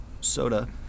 soda